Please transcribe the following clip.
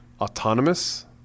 autonomous